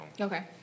Okay